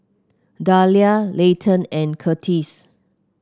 Dalia Leighton and Curtis